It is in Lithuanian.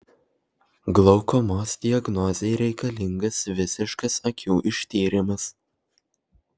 glaukomos diagnozei reikalingas visiškas akių ištyrimas